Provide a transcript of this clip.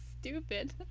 stupid